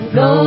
go